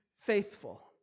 faithful